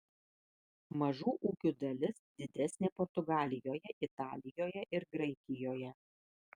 mažų ūkių dalis didesnė portugalijoje italijoje ir graikijoje